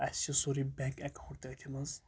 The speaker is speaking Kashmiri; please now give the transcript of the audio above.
اَسہِ چھُ سورُے بٮ۪نٛک اٮ۪کاوُنٛٹ تٔتھۍ منٛز